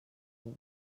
foc